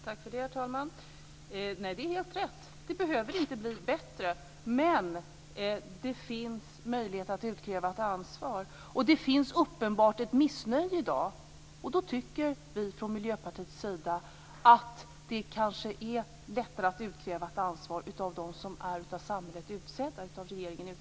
Herr talman! Nej, det är helt rätt. Det behöver inte bli bättre, men det finns möjlighet att utkräva ett ansvar, och det finns uppenbarligen ett missnöje i dag. Då tycker vi från Miljöpartiet att det kanske är lättare att utkräva ett ansvar av dem som är utsedda av regeringen.